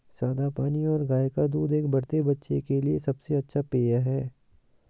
सादा पानी और गाय का दूध एक बढ़ते बच्चे के लिए सबसे अच्छा पेय हैं